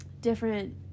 different